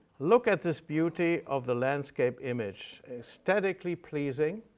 look at this beauty of the landscape image. aesthetically pleasing,